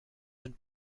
doute